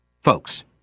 folks